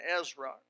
Ezra